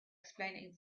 explaining